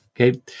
Okay